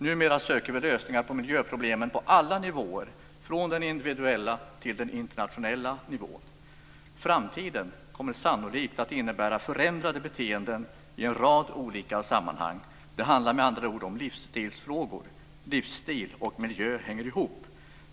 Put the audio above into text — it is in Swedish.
Numera söker vi lösningar på miljöproblemen på alla nivåer, från den individuella till den internationella nivån. Framtiden kommer sannolikt att innebära förändrade beteenden i en rad olika sammanhang. Det handlar med andra ord om livsstilsfrågor. Livsstil och miljö hänger ihop.